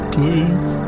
Please